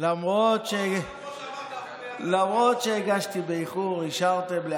כמו שאמרת, אנחנו ביחד.